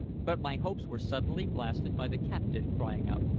but my hopes were suddenly blasted by the captain crying out,